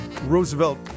Roosevelt